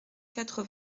quatre